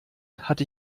hatte